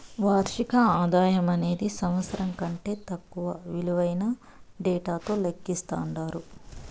వార్షిక ఆదాయమనేది సంవత్సరం కంటే తక్కువ ఇలువైన డేటాతో లెక్కిస్తండారు